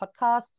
podcasts